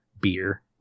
beer